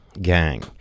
Gang